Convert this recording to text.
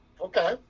okay